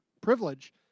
privilege